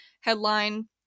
headline